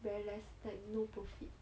very less like no profit